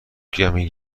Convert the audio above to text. کمی